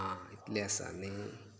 आं इतली आसा न्ही